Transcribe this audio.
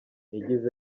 yagize